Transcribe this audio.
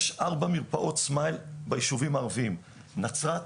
יש ארבע מרפאות סמייל ביישובים הערביים: נצרת,